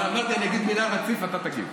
אמרתי שאני אגיד את המילה "רציף" ואתה תגיב.